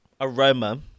aroma